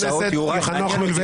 חבר הכנסת חנוך מלביצקי,